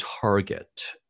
target